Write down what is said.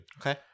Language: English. Okay